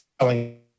selling